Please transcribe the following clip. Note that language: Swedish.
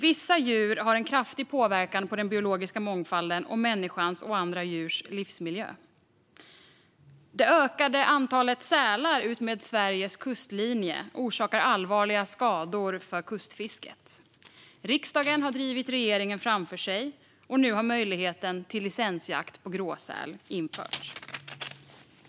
Vissa djur har en kraftig påverkan på den biologiska mångfalden och andra djurs och människans livsmiljö. Det ökade antalet sälar utmed Sveriges kustlinje orsakar allvarliga skador för kustfisket. Riksdagen har drivit regeringen framför sig, och nu har möjligheten till licensjakt på gråsäl införts.